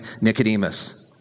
Nicodemus